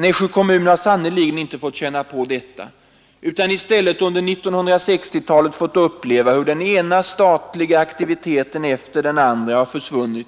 Nässjö kommun har sannerligen inte fått känna av detta utan i stället under 1960-talet fått uppleva hur den ena statliga aktiviteten efter den andra har försvunnit